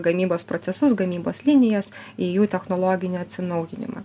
gamybos procesus gamybos linijas į jų technologinį atsinaujinimą